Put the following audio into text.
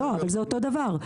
אבל זה אותו דבר.